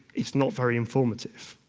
it's not very informative.